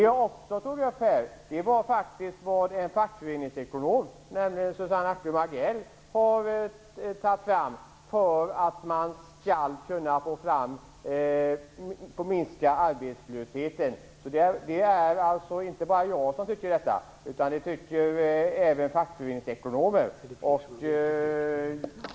Jag tog också upp förslag som en fackföreningsekonom, nämligen Susanne Ackum Agell, har tagit fram för att man skall kunna minska arbetslösheten. Det är alltså inte bara jag som tycker detta, utan det tycker även fackföreningsekonomer.